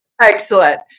Excellent